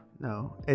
No